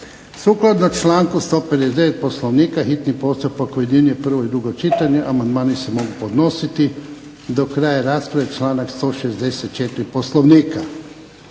Sukladno članku 159. Poslovnika hitni postupak objedinjuje prvo i drugo čitanje. Amandmani se mogu podnositi do kraja rasprave, članak 164. Poslovnika.